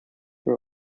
were